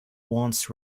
wants